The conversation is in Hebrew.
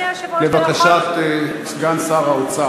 ההצבעה הסתיימה.